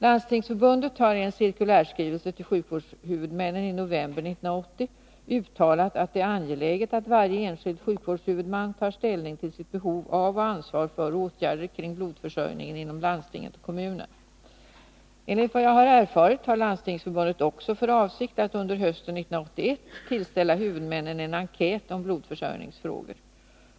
Landstingsförbundet har i en cirkulärskrivelse till sjukvårdshuvudmännen i november 1980 uttalat att det är angeläget att varje enskild sjukvårdshuvudman tar ställning till sitt behov av och ansvar för åtgärder kring blodförsörjningen inom landstinget/kommunen. Enligt vad jag har erfarit har Landstingsförbundet också för avsikt att under hösten 1981 tillställa huvudmännen en enkät om blodförsörjningsfrågor.